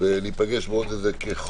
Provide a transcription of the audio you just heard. הישיבה ננעלה בשעה